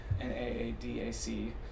N-A-A-D-A-C